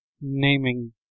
naming